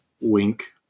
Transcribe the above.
Wink